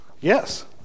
Yes